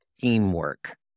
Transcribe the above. teamwork